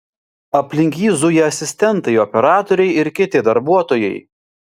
aplink jį zuja asistentai operatoriai ir kiti darbuotojai